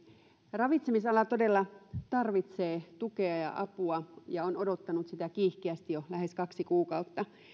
ravitsemisala todella tarvitsee tukea ja apua ja on odottanut sitä kiihkeästi jo lähes kaksi kuukautta